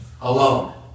alone